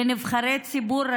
לנבחרי ציבור,